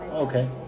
okay